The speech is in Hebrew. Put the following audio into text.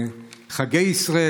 בחגי ישראל,